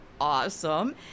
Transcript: awesome